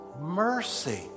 mercy